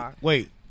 wait